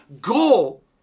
goal